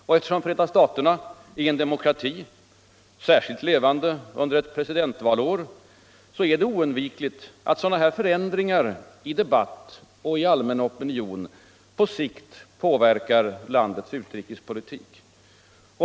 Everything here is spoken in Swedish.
Och eftersom Förenta staterna är en demokrati — särskilt levande under ett presidentvalsår — är det oundvikligt att sådana här förändringar i debatt och i allmän opinion på sikt påverkar landets utrikespolitik.